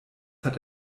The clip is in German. hat